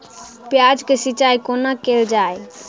प्याज केँ सिचाई कोना कैल जाए?